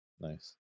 nice